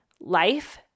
life